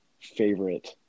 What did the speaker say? favorite